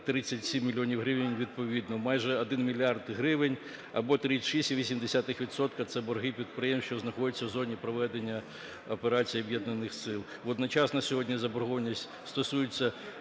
437 мільйонів гривень, відповідно, майже 1 мільярд гривень, або 36,8 відсотка, це борги підприємств, що знаходяться в зоні проведення операції Об'єднаних сил. Водночас на сьогодні заборгованість стосується